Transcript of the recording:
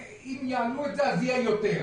ואם יעלו את זה אז יהיה יותר.